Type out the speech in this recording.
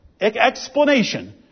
explanation